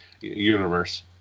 universe